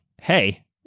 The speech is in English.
hey